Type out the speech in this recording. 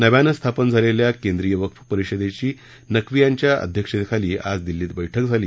नव्यानं स्थापन झालेल्या केंद्रीय वक्फ परिषदेची नक्वी यांच्या अध्यक्षतेखाली आज नवी दिल्लीत बैठक झाली